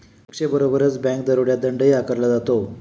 शिक्षेबरोबरच बँक दरोड्यात दंडही आकारला जातो